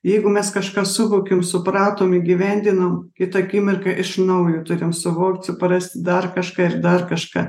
jeigu mes kažką suvokėm supratom įgyvendinom kitą akimirką iš naujo turim suvokti suprasti dar kažką ir dar kažką